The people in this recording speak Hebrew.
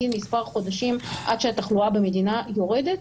מספר חודשים עד שהתחלואה במדינה יורדת,